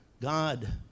God